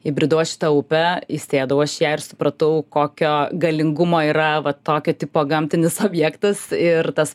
įbridau aš į tą upe įsėdau aš į ją ir supratau kokio galingumo yra va tokio tipo gamtinis objektas ir tas